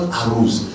arose